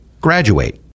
graduate